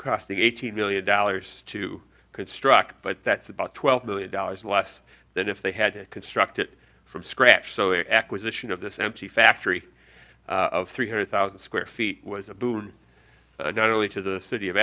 costing eighteen million dollars to construct but that's about twelve million dollars less than if they had to construct it from scratch so acquisition of this empty factory of three hundred thousand square feet was a boom not only to the city of